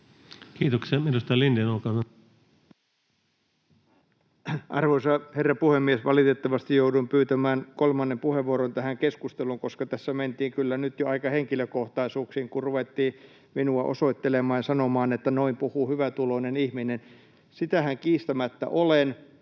Time: 16:30 Content: Arvoisa herra puhemies! Valitettavasti jouduin pyytämään kolmannen puheenvuoron tähän keskusteluun, koska tässä mentiin kyllä nyt jo aika henkilökohtaisuuksiin, kun ruvettiin minua osoittelemaan ja sanomaan, että noin puhuu hyvätuloinen ihminen. Sitähän kiistämättä olen,